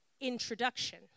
introduction